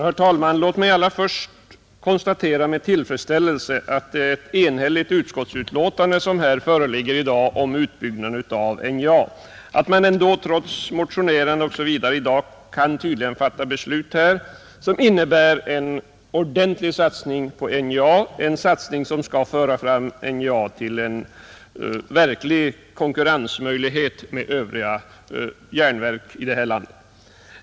Herr talman! Låt mig allra först med tillfredsställelse konstatera att det är ett enhälligt utskottsbetänkande som föreligger i dag om utbyggnad av NJA och att man ändå trots motionerna osv. i dag tydligen kan fatta ett beslut innebärande en ordentlig satsning på NJA, en satsning som skall ge NJA en verklig möjlighet att konkurrera med övriga järnverk i detta land.